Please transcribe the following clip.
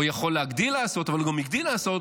או יכול להגדיל לעשות, אבל הוא גם הגדיל לעשות,